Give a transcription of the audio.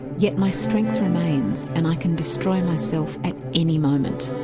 yet my strength remains and i can destroy myself at any moment.